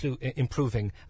improving